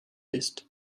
ist